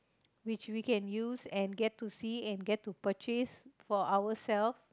which we can use and get to see and get to purchase for ourself